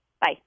Bye